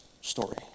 story